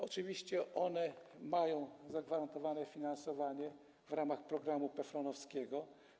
Oczywiście one mają zagwarantowane finansowanie w ramach programu PFRON-owskiego.